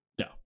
no